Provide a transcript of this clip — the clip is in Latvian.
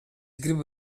gribu